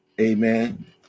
amen